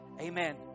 Amen